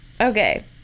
okay